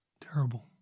Terrible